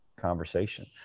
conversation